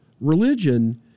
religion